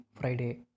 Friday